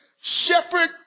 shepherd